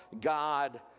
God